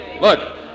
Look